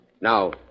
Now